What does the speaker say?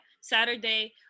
Saturday